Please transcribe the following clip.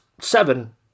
seven